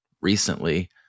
recently